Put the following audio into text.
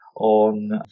on